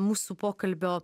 mūsų pokalbio